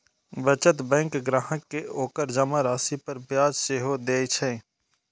बचत बैंक ग्राहक कें ओकर जमा राशि पर ब्याज सेहो दए छै